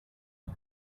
him